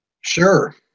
Sure